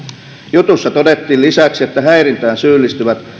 jutussa todettiin lisäksi että häirintään syyllistyvät